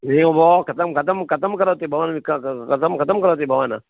एय्य भोः कथं कथं कथं करोति भवान् कथं कथं करोति भवान्